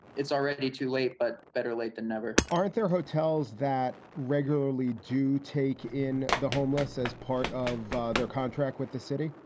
it's already too late, but better late than never aren't there hotels that regularly do take in the homeless as part of their contract with the city?